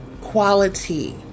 quality